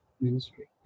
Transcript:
ministry